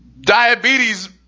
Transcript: diabetes